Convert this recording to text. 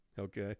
Okay